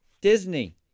Disney